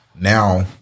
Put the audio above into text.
now